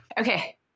Okay